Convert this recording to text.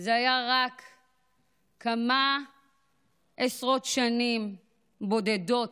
זה היה רק לפני כמה עשרות שנים בודדות.